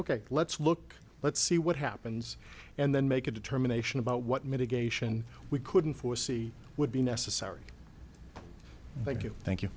ok let's look let's see what happens and then make a determination about what mitigation we couldn't foresee would be necessary thank you you thank